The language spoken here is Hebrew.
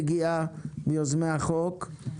מיוזמי החוק הגיעה.